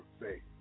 faith